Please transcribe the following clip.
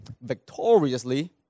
victoriously